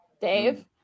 Dave